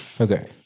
Okay